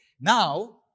now